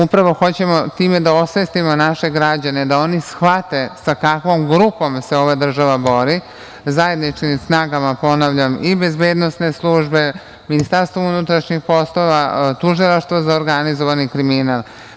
Upravo hoćemo time da osvestimo naše građane da oni shvate sa kakvom grupom se ova država bori, zajedničkim snagama, ponavljam, i bezbednosne službe, Ministarstva unutrašnjih poslova, Tužilaštva za organizovani kriminal.